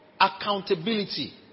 accountability